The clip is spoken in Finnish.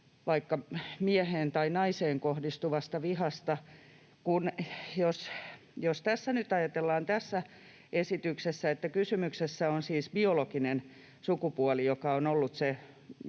vaikka mieheen tai naiseen kohdistuvasta vihasta... Jos tässä esityksessä nyt ajatellaan, että kysymyksessä on siis biologinen sukupuoli, sen